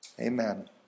Amen